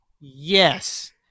Yes